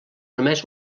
només